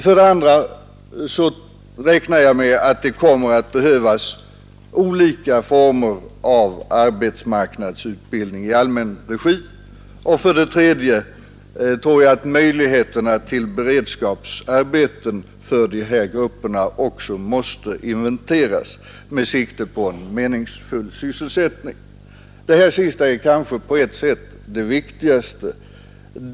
För det andra räknar jag med att det kommer att behövas olika former av arbetsmarknadsutbildning i allmän regi. För det tredje tror jag att möjligheterna till beredskapsarbeten för dessa grupper måste inventeras med sikte på en meningsfull sysselsättning. Den sista punkten är kanske på ett sätt den viktigaste.